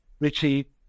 Richie